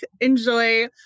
enjoy